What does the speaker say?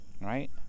Right